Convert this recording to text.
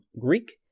Greek